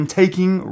taking